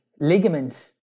ligaments